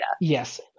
Yes